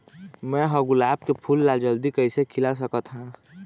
मैं ह गुलाब के फूल ला जल्दी कइसे खिला सकथ हा?